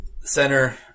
center